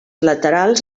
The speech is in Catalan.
laterals